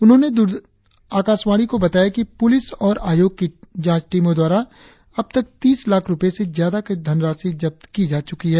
उन्होंने दूरदर्शन को बताया कि पुलिस और आयोग की जांच टीमों द्वारा अब तक तीस लाख रुपए से ज्यादा का धनराशि जब्त की जा चुकी है